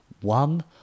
one